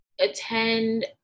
attend